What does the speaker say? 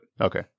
okay